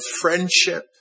friendship